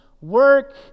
work